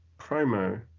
promo